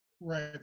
right